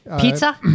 pizza